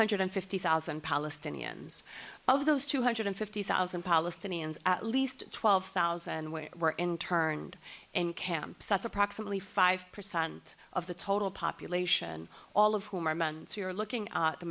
hundred fifty thousand palestinians of those two hundred fifty thousand palestinians at least twelve thousand where were interned in camps that's approximately five percent of the total population all of whom are men so you're looking at the